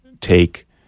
take